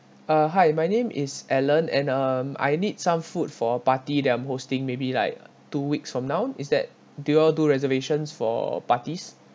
uh hi my name is alan and um I need some food for a party that I'm hosting maybe like two weeks from now is that do you all do reservations for parties